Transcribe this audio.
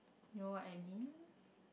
you know what I mean